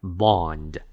bond